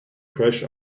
crash